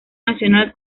nacional